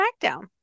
Smackdown